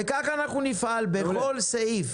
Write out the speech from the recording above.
כך אנחנו נפעל בכל סעיף.